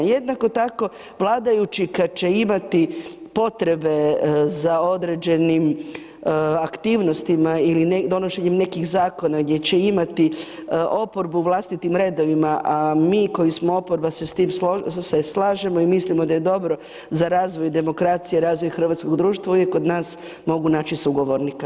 Jednako tako vladajući kad će imati potrebe za određenim aktivnostima ili donošenjem nekih Zakona gdje će imati oporbu u vlastitim redovima, a mi koji smo oporba se s tim se slažemo i mislimo da je dobro za razvoj demokracije, za razvoj hrvatskog društva, uvijek kod nas mogu naći sugovornika.